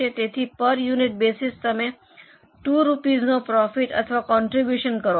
તેથી per unit basis તમે 2 રૂપિયાનો પ્રોફિટ અથવા કોન્ટ્રીબ્યુશન કરો છો